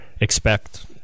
expect